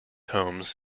homes